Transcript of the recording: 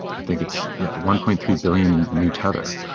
i think it's yeah one point three billion new tether.